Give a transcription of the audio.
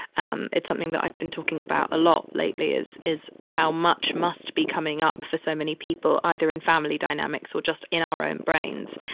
um it's something that i've been talking about a lot lately is, is how much must be coming up for so many people, either in family dynamics or just in our own brains.